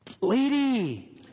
lady